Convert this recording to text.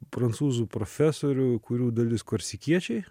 prancūzų profesorių kurių dalis korsikiečiai